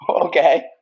Okay